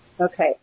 Okay